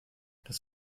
das